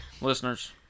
Listeners